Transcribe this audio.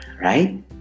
right